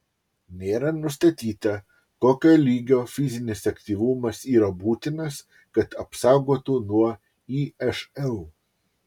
nėra nustatyta kokio lygio fizinis aktyvumas yra būtinas kad apsaugotų nuo išl